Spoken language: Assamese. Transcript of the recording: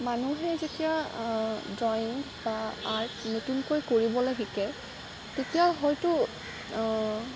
মানুহে যেতিয়া ড্ৰয়িং বা আৰ্ট নতুনকৈ কৰিবলৈ শিকে তেতিয়া হয়তো